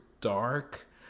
dark